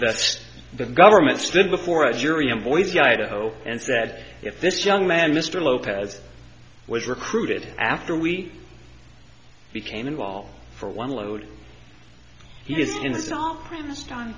that's the government stood before a jury in boise idaho and said if this young man mr lopez was recruited after we became involved for one load